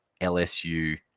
LSU